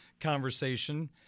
conversation